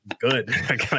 Good